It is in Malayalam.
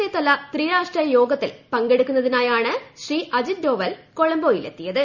എ തല ത്രിരാഷ്ട്ര യോഗത്തിൽ പങ്കെടുക്കുന്നതിനായാണ് ശ്രീ അജിത് ഡോവൽ കൊളംബോയിലെത്തിയത്